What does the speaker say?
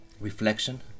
reflection